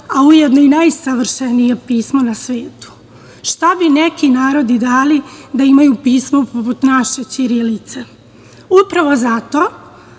a ujedno i najsavršenije pismo na svetu. Šta bi neki narodi dali da imaju pismo poput naše ćirilice. Upravo zato